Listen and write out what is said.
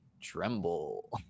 Tremble